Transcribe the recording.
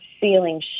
feeling